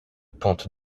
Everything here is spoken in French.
pente